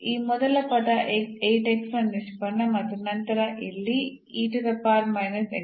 ಈ ಮೊದಲ ಪದ ನ ನಿಷ್ಪನ್ನ ಮತ್ತು ನಂತರ ಇಲ್ಲಿ